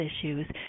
issues